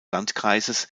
landkreises